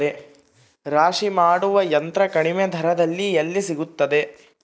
ರಾಶಿ ಮಾಡುವ ಯಂತ್ರ ಕಡಿಮೆ ದರದಲ್ಲಿ ಎಲ್ಲಿ ಸಿಗುತ್ತದೆ?